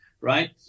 right